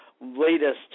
latest